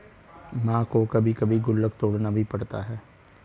मां को कभी कभी गुल्लक तोड़ना भी पड़ता है